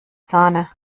sahne